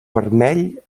vermell